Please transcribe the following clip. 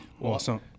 Awesome